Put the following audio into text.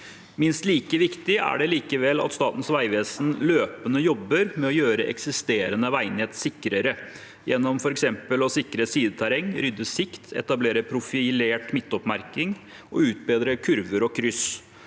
Minst like viktig er det likevel at Statens vegvesen løpende jobber med å gjøre eksisterende veinett sikrere, gjennom f.eks. å sikre sideterreng, rydde sikt, etablere profilert midtoppmerking og utbedre kurver og kryss.